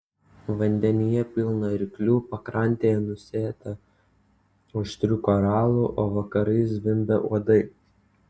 vandenyje pilna ryklių pakrantė nusėta aštrių koralų o vakarais zvimbia uodai